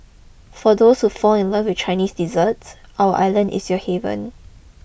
for those who fall in love with Chinese dessert our island is your heaven